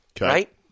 Right